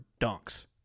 dunks